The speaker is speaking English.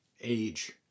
age